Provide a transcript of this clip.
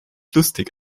lustig